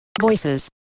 Voices